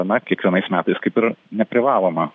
na kiekvienais metais kaip ir neprivaloma